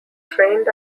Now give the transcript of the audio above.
trained